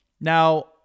now